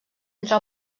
entre